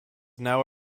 now